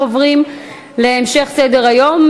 אנחנו עוברים להמשך סדר-היום,